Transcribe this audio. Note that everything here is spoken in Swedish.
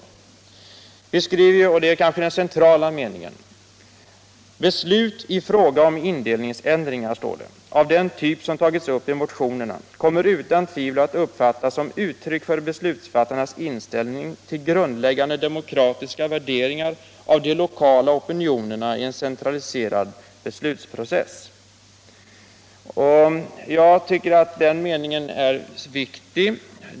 Utskottet skriver — och det är kanske den centrala meningen i betänkandet: ”Beslut i fråga om in —- Kommunindelningdelningsändringar av den typ som tagits upp i motionerna kommer utan = en i södra Hälsingtvivel att uppfattas som uttryck för beslutsfattarnas inställning till grund — land läggande demokratiska värderingar av de lokala opinionerna i en centraliserad beslutsprocess.” Jag tycker att den meningen är viktig.